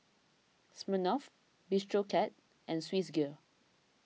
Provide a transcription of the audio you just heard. Smirnoff Bistro Cat and Swissgear